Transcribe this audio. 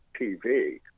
TV